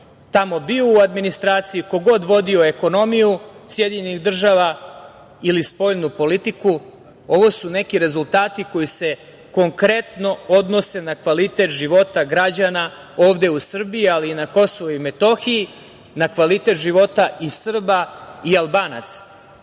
tamo bio u administraciji, ko god vodio ekonomiju SAD ili spoljnu politiku, jer ovo su neki rezultati koji se konkretno odnose na kvalitet života građana ovde u Srbiji, ali i na Kosovu i Metohiji, na kvalitet života i Srba i Albanaca,